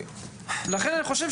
יכול להיות